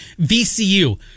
VCU